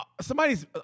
somebody's